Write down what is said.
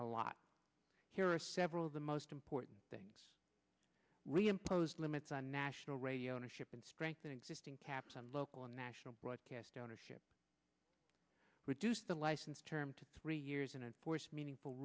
a lot here are several of the most important things re imposed limits on national radio ownership and strengthen existing caps on local and national broadcast ownership reduce the license term to three years and force meaningful